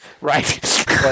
Right